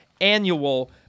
annual